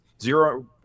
zero